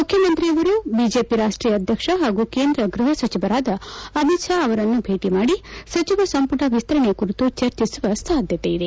ಮುಖ್ತಮಂತ್ರಿಯವರು BJP ರಾಷ್ಷೀಯ ಅಧ್ಯಕ್ಷ ಹಾಗೂ ಕೇಂದ್ರ ಗೃಹ ಸಚಿವರಾದ ಅಮಿತ್ ಶಾ ಅವರನ್ನು ಭೇಟಿ ಮಾಡಿ ಸಚಿವ ಸಂಪುಟ ವಿಸ್ತರಣೆ ಕುರಿತು ಚರ್ಚಿಸುವ ಸಾಧ್ಯತೆ ಇದೆ